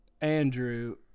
Andrew